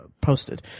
posted